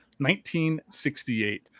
1968